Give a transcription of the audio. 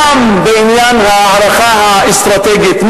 גם בעניין ההערכה האסטרטגית,